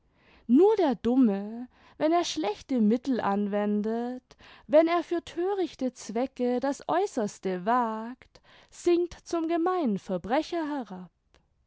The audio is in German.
nur der dumme wenn er schlechte mittel anwendet wenn er für thörichte zwecke das aeußerste wagt sinkt zum gemeinen verbrecher herab